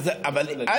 א.